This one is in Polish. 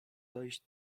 dojść